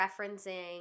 referencing